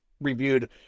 reviewed